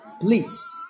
Please